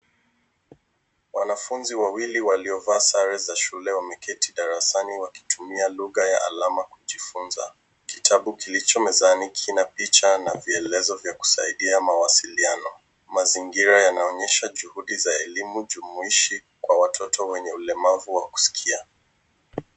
Wanafunzi wawili waliovaa sare za shule wameketi darasani wakitumia lUgha ya alama kujifunza kitabu kilichomezani kina picha na vielelezo vya kusaidia mawasiliano. Mazingira yanaonyesha juhudi za elimu jumuishi kwa watoto wenye ulemavu wa kusikia.